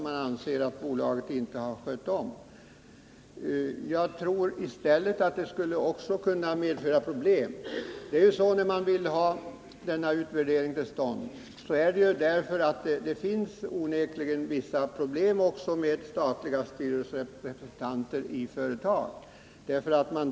Jag tror tvärtom att det skulle kunna medföra ytterligare problem. Anledningen till att man vill ha till stånd en utvärdering är att det obestridligen också finns vissa problem med statliga styrelserepresentanter i företag.